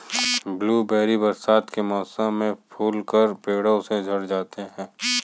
blueberry बरसात के मौसम में फूलकर पेड़ों से झड़ जाते हैं